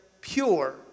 pure